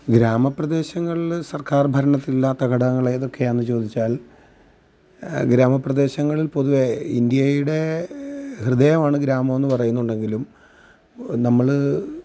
ഗ്രാമപ്രദേശങ്ങളിൽ സർക്കാർ ഭരണത്തിൽ ഇല്ലാത്ത ഘടകങ്ങളേതൊക്കെയാണെന്ന് ചോദിച്ചാൽ ഗ്രാമപ്രദേശങ്ങളിൽ പൊതുവെ ഇന്ത്യയുടെ ഹൃദയമാണ് ഗ്രാമമെന്ന് പറയുന്നുണ്ടെങ്കിലും നമ്മൾ